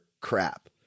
crap